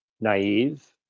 naive